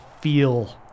feel